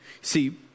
See